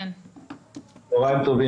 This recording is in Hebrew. צהריים טובים,